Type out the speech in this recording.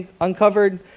uncovered